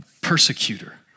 persecutor